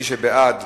מי שבעד,